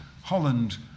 Holland